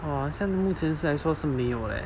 !wah! 现在目前是来说是没有哦